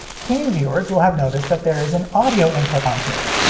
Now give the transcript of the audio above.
keen viewers will have noticed that there is an audio input on here.